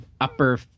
upper